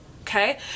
Okay